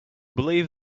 believe